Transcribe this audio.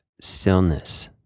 stillness